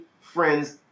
friends